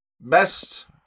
best